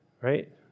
right